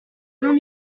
vingts